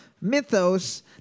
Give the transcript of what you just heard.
mythos